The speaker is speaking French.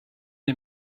les